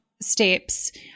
steps